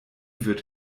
wird